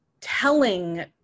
telling